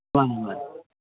ꯃꯥꯅꯤ ꯃꯥꯅꯤ